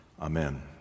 amen